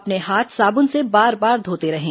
अपने हाथ साब्न से बार बार धोते रहें